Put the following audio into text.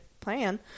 plan